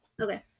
Okay